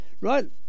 Right